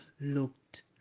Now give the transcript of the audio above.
looked